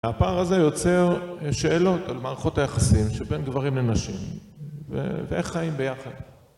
הפער הזה יוצר שאלות על מערכות היחסים שבין גברים לנשים ואיך חיים ביחד